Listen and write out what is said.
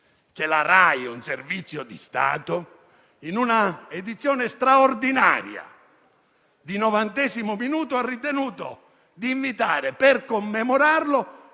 che la Rai, servizio di Stato, in un'edizione straordinaria di «90° minuto» ha ritenuto di invitare, per commemorarlo,